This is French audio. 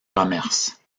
commerce